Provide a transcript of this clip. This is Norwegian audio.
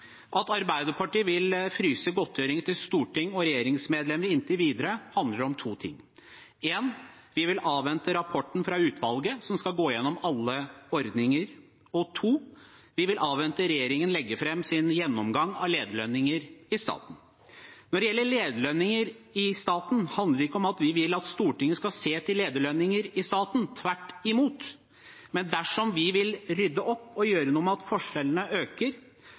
At Arbeiderpartiet vil fryse godtgjøringen til stortings- og regjeringsmedlemmer inntil videre, handler om to ting: Vi vil avvente rapporten fra utvalget, som skal gå gjennom alle ordninger. Vi vil avvente at regjeringen legger fram sin gjennomgang av lederlønninger i staten. Når det gjelder lederlønninger i staten, handler det ikke om at vi vil at Stortinget skal se til lederlønninger i staten, tvert imot, men dersom vi vil rydde opp og gjøre noe med at forskjellene øker,